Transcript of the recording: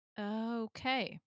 Okay